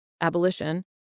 abolition